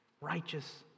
righteous